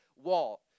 wall